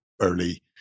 early